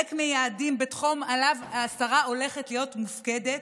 ריק מיעדים בתחום שעליו השרה הולכת להיות מופקדת,